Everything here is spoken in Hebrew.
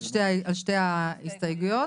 ולגבי רשות הדיבור?